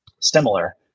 similar